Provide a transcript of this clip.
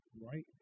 right